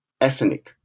ethnic